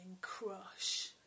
crush